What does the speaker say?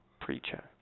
Preacher